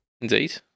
Indeed